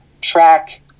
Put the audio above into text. track